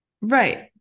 Right